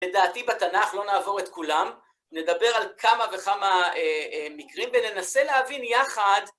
לדעתי בתנ״ך לא נעבור את כולם, נדבר על כמה וכמה מקרים וננסה להבין יחד.